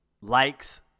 likes